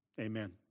Amen